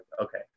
okay